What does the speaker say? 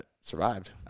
survived